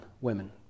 women